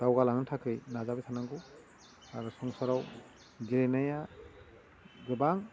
दावगालांनो थाखाय नाजाबाय थानांगौ आरो संसाराव गेलेनाया गोबां